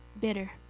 bitter